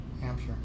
Hampshire